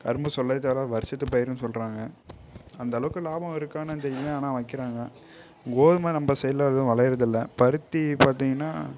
கரும்பு சொல்லவே தேவைல்ல அது வருஷத்து பயிருனு சொல்றாங்க அந்தளவுக்கு லாபம் இருக்கான்னானு தெரியலைங்க ஆனால் வைக்கிறாங்க கோதுமை நம்ம சைடில் ஏதும் விளையுறது இல்லை பருத்தி பார்த்திங்கனா